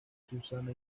susana